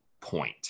point